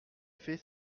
fait